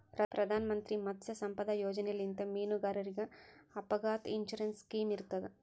ಪ್ರಧಾನ್ ಮಂತ್ರಿ ಮತ್ಸ್ಯ ಸಂಪದಾ ಯೋಜನೆಲಿಂತ್ ಮೀನುಗಾರರಿಗ್ ಅಪಘಾತ್ ಇನ್ಸೂರೆನ್ಸ್ ಸ್ಕಿಮ್ ಇರ್ತದ್